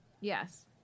Yes